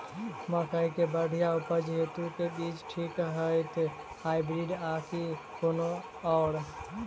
मकई केँ बढ़िया उपज हेतु केँ बीज ठीक रहतै, हाइब्रिड आ की कोनो आओर?